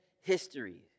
history